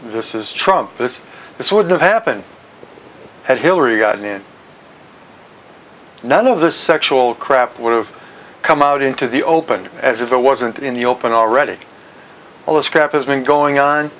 this is trump this this wouldn't happen had hillary gotten in none of the sexual crap would have come out into the open as if it wasn't in the open already all this crap has been going on